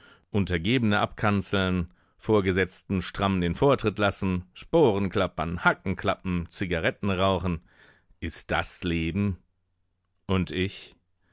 untergebene abkanzeln vorgesetzten stramm den vortritt lassen sporenklappern hackenklappen zigaretten rauchen ist das leben und ich